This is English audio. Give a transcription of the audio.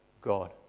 God